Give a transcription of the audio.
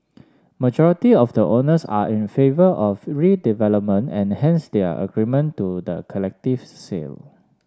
majority of the owners are in favour of redevelopment and hence their agreement to the collectives sale